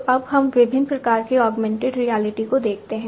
तो अब हम विभिन्न प्रकार के ऑगमेंटेड रियलिटी को देखते हैं